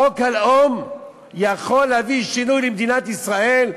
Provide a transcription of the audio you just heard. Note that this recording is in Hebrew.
חוק הלאום יכול להביא שינוי למדינת ישראל,